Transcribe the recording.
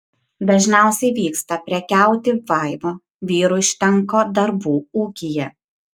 dažniausiai vyksta prekiauti vaiva vyrui užtenka darbų ūkyje